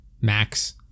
Max